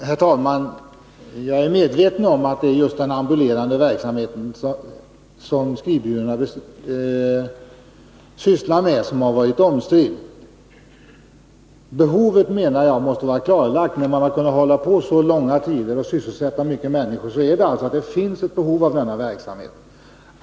Herr talman! Jag är medveten om att det är just den ambulerande verksamheten, som skrivbyråerna sysslar med, som har varit omstridd. Att det föreligger ett behov anser jag vara klarlagt. När man har kunnat hålla på så långa tider och sysselsätta så många människor finns det naturligtvis ett behov av denna verksamhet.